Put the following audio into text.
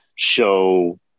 show